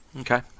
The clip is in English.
Okay